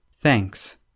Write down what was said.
Thanks